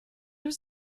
was